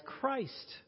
Christ